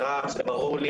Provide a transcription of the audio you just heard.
מירב, זה ברור לי.